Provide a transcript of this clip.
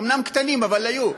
אומנם קטנים, אבל היו.